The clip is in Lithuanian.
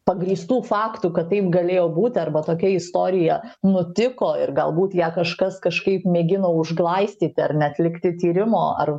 pagrįstų faktų kad taip galėjo būti arba tokia istorija nutiko ir galbūt ją kažkas kažkaip mėgino užglaistyti ar neatlikti tyrimo ar